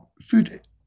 food